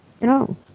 No